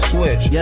Switch